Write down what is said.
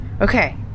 Okay